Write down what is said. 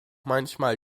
manchmal